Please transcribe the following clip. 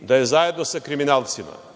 da je zajedno sa kriminalcima